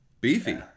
Beefy